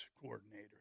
coordinator